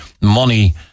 money